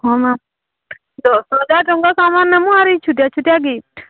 ହଁ ମ୍ୟାମ୍ ଦଶହଜାର ଟଙ୍କାର ସାମାନ ନେବୁ ଆରେ ଏଇ ଛୋଟିଆ ଛୋଟିଆ ଗିଫ୍ଟ